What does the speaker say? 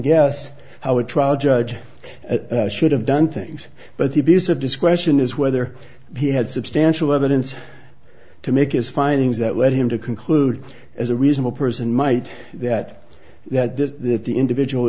guess how a trial judge should have done things but the abuse of discretion is whether he had substantial evidence to make his findings that led him to conclude as a reasonable person might that that this that the individual